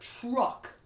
truck